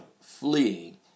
fleeing